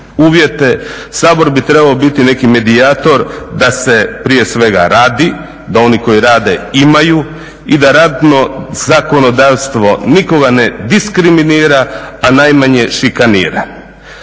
uvjete, Sabor bi trebao biti neki medijator da se prije svega radi, da oni koji rade imaju i da radno zakonodavstvo nikoga ne diskriminira, a najmanje šikanira.